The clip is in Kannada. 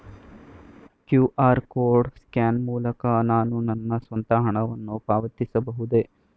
ಕ್ಯೂ.ಆರ್ ಕೋಡ್ ಸ್ಕ್ಯಾನ್ ಮೂಲಕ ನಾನು ನನ್ನ ಸ್ವಂತ ಹಣವನ್ನು ಪಾವತಿಸಬಹುದೇ?